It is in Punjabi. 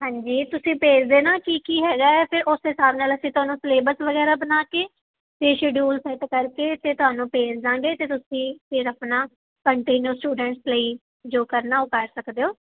ਹਾਂਜੀ ਤੁਸੀਂ ਭੇਜ ਦੇਣਾ ਕੀ ਕੀ ਹੈਗਾ ਫਿਰ ਉਸ ਹਿਸਾਬ ਨਾਲ ਅਸੀਂ ਤੁਹਾਨੂੰ ਸਲੇਬਸ ਵਗੈਰਾ ਬਣਾ ਕੇ ਅਤੇ ਸ਼ੈਡਿਊਲ ਸੈੱਟ ਕਰਕੇ ਅਤੇ ਤੁਹਾਨੂੰ ਭੇਜ ਦਾਂਗੇ ਅਤੇ ਤੁਸੀਂ ਫਿਰ ਆਪਣਾ ਕੰਟੀਨਿਊ ਸਟੂਡੈਂਟਸ ਲਈ ਜੋ ਕਰਨਾ ਉਹ ਕਰ ਸਕਦੇ ਹੋ